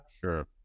Sure